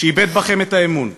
שאיבד את האמון בכם.